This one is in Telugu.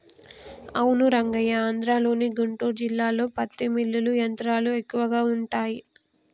అవును రంగయ్య ఆంధ్రలోని గుంటూరు జిల్లాలో పత్తి మిల్లులు యంత్రాలు ఎక్కువగా ఉంటాయి